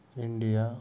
India